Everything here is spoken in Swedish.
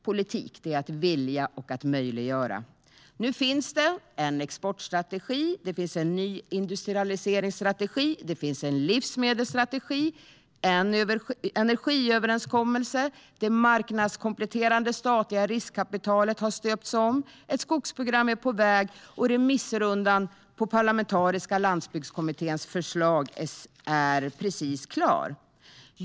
Politik är att vilja och möjliggöra. Nu finns det en exportstrategi, och det finns en nyindustrialiseringsstrategi. Det finns en livsmedelsstrategi och en energiöverenskommelse. Det marknadskompletterande statliga riskkapitalet har stöpts om, ett skogsprogram är på väg och remissrundan för Parlamentariska landsbygdskommitténs förslag är precis klar.